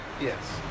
Yes